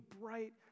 bright